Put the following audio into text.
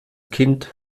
kind